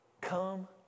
Come